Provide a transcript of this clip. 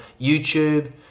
YouTube